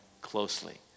closely